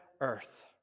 Earth